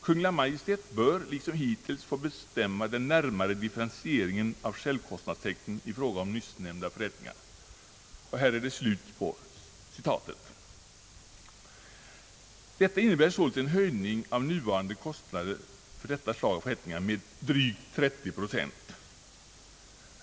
Kungl. Maj:t bör liksom hittills få bestämma den närmare differentieringen av självkostnadstäckningen i fråga om nyssnämnda förrättningar.» Detta innebär således en höjning av nuvarande kostnader för detta slag av förrättningar med drygt 30 procent.